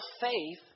faith